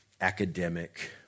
academic